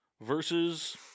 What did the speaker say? versus